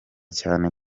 cyane